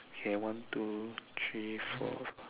okay one two three four